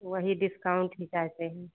वही डिस्काउंट ही चाहते हैं